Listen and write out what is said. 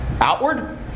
outward